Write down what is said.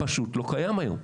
זה פשוט לא קיים היום.